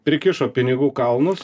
prikišo pinigų kalnus